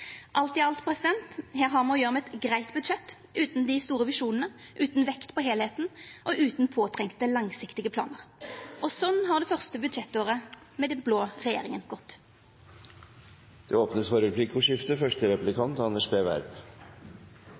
Alt i alt: Her har me å gjera med eit greitt budsjett, utan dei store visjonane, utan vekt på heilskapen, og utan påtenkte langsiktige planar. Sånn har det første budsjettåret med den blå regjeringa gått. Det blir replikkordskifte.